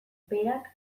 berak